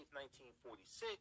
1946